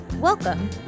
Welcome